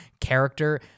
character